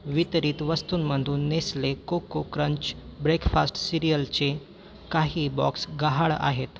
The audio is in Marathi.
वितरित वस्तूंमधून नेस्ले कोको क्रंच ब्रेकफास्ट सिरियलचे काही बॉक्स गहाळ आहेत